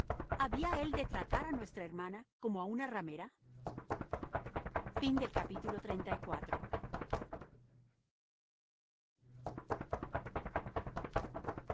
había él de tratar á nuestra hermana como á una ramera